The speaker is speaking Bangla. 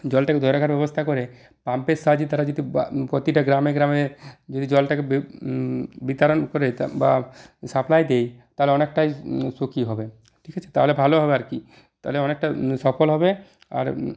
জলটাকে ধরা রাখার ব্যবস্থা করে পাম্পের সাহায্যে তারা যেহেতু প্রতিটা গ্রামে গ্রামে যদি জলটাকে বিতরণ করে বা সাপ্লাই দেয় তারা অনেকটাই সুখী হবে ঠিক আছে তাহলে ভালো হবে আর কি তাহলে অনেকটা সফল হবে আর